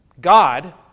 God